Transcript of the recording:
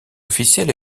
officielle